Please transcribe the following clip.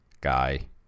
guy